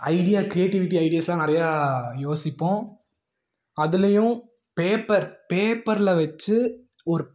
idea creativity ஐடியாஸ்யெலாம் நிறையா யோசிப்போம் அதுலேயும் பேப்பர் பேப்பரில் வச்சு ஒரு